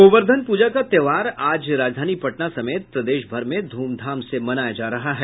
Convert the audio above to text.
गोवर्धन पूजा का त्योहार आज राजधानी पटना समेत प्रदेश में धूमधाम से मनाया जा रहा है